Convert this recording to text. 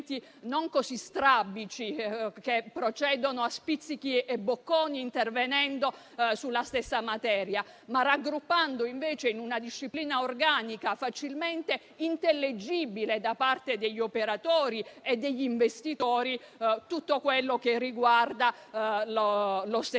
non così strabici, che procedono a spizzichi e bocconi, intervenendo sulla stessa materia, ma raggruppando invece in una disciplina organica, facilmente intellegibile per operatori e investitori, tutto quello che riguarda lo stesso tema.